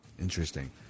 Interesting